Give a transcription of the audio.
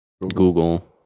Google